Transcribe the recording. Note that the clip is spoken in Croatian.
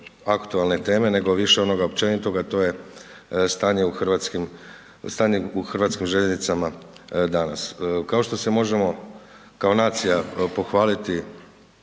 aktualne teme nego više onoga općenitoga a to je stanje u Hrvatskim željeznicama danas. Kao što se možemo kao nacija pohvaliti